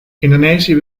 indonesië